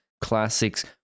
classics